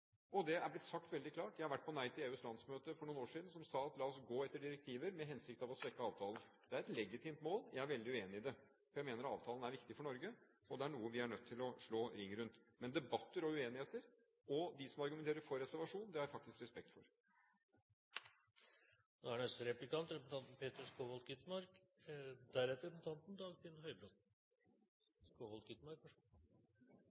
Det er blitt sagt veldig klart. Jeg har vært på Nei til EUs landsmøte for noen år siden, som sa at la oss gå etter direktiver med hensikt å svekke avtalen. Det er et legitimt mål. Jeg er veldig uenig i det, for jeg mener avtalen er viktig for Norge, og det er noe vi er nødt til å slå ring rundt. Men debatter og uenigheter og dem som argumenterer for reservasjon, har jeg faktisk respekt